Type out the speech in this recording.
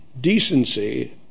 decency